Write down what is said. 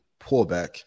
pullback